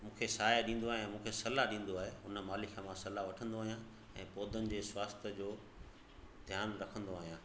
मूंखे साए ॾींदो आहे मूंखे सलाह ॾींदो आहे हुन माली खां मां सलाह वठंदो आहियां ऐं पौधनि जे स्वास्थ्य जो ध्यानु रखंदो आहियां